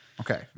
Okay